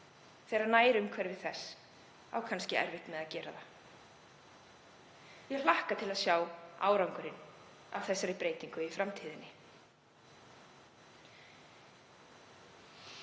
þegar nærumhverfið á kannski erfitt með að gera það. Ég hlakka til að sjá árangurinn af þessari breytingu í framtíðinni.